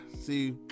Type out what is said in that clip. see